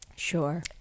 Sure